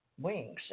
wings